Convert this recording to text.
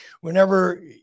whenever